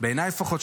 בעיניי לפחות,